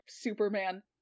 Superman